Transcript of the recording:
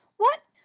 what,